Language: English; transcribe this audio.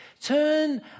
Turn